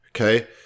Okay